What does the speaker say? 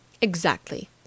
Exactly